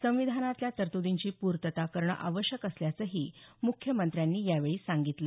संविधानातल्या तरतुदींची पूर्तता करणं आवश्यक असल्याचंही मुख्यमंत्र्यांनी यावेळी सांगितलं